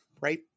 right